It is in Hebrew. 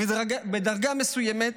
בדרגה מסוימת,